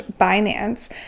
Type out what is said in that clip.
Binance